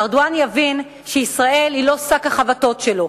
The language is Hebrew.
ארדואן יבין שישראל היא לא שק החבטות שלו.